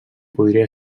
podria